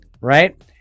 right